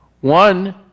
One